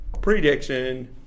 Prediction